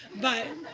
but